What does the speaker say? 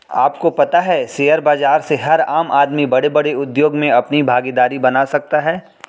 आपको पता है शेयर बाज़ार से हर आम आदमी बडे़ बडे़ उद्योग मे अपनी भागिदारी बना सकता है?